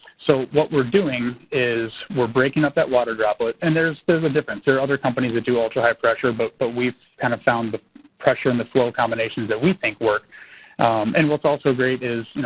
so what we're doing is we're breaking up that water droplet. and there's there's a difference. there are other companies that do ultra-high pressure but but we've kind of found the pressure and the flow combinations that we think work and what's also great is, you know,